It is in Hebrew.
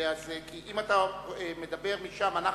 כי אם אתה מדבר משם אנחנו